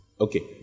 Okay